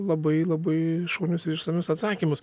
labai labai šaunius ir išsamius atsakymus